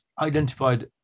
identified